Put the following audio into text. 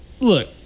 Look